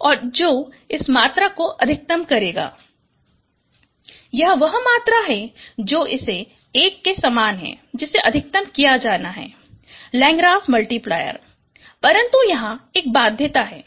और जो इस मात्रा को अधिकतम करेगा यह वह मात्रा है जो इस एक के समान है जिसे अधिकतम किया जाना है लेग्रांज मल्टीप्लायर परन्तु यहाँ एक बाध्यता है